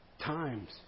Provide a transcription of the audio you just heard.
times